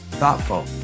thoughtful